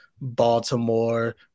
Baltimore